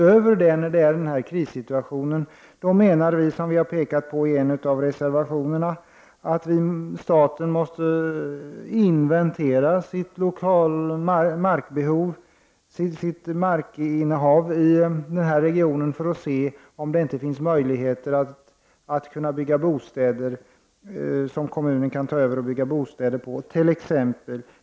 I denna krissituation anser vi, som vi också påpekar i en av våra reservationer, att staten måste inventera sitt markinnehav i regionen för att se om det finns möjligheter för kommunerna att bygga bostäder på denna mark.